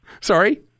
Sorry